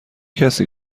کسی